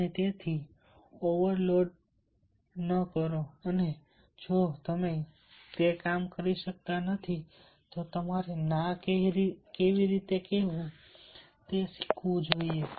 અને તેથી ઓવરલોડ ન કરો અને જો તમે કરી શકતા નથી તો તમારે ના કેવી રીતે કહેવું તે શીખવું જોઈએ